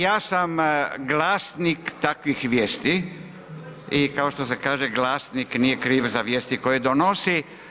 Ja sam glasnik takvih vijesti i kao što se kaže glasnik nije kriv za vijesti koje donosi.